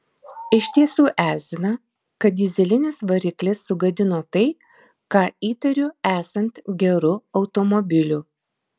iš tiesų erzina kad dyzelinis variklis sugadino tai ką įtariu esant geru automobiliu